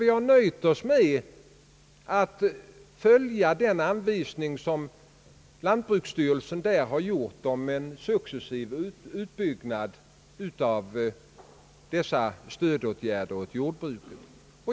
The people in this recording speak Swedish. Vi har nöjt oss med att följa lantbruksstyrelsens anvisning om en successiv utbyggnad av dessa stödåtgärder åt jordbruket.